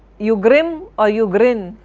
you grim or you grin?